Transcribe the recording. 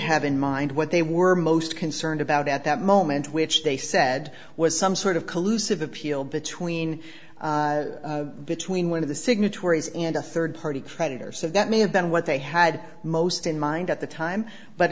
have in mind what they were most concerned about at that moment which they said was some sort of collusive appeal between between one of the signatories and a third party creditor so that may have been what they had most in mind at the time but